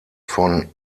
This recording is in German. von